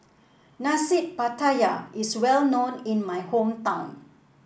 Nasi Pattaya is well known in my hometown